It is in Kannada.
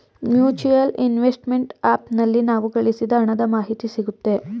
ಮ್ಯೂಚುಯಲ್ ಇನ್ವೆಸ್ಟ್ಮೆಂಟ್ ಆಪ್ ನಲ್ಲಿ ನಾವು ಗಳಿಸಿದ ಹಣದ ಮಾಹಿತಿ ಸಿಗುತ್ತೆ